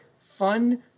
fun